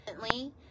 recently